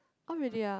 oh really ah